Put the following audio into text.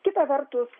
kita vertus